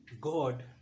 God